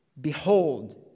behold